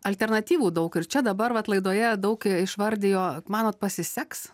alternatyvų daug ir čia dabar vat laidoje daug išvardijo manot pasiseks